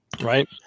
right